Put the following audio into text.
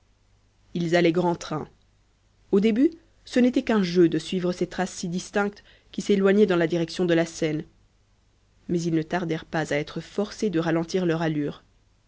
ils allaient grand train au début ce n'était qu'un jeu de suivre ces traces si distinctes qui s'éloignaient dans la direction de la seine mais ils ne tardèrent pas à être forcés de ralentir leur allure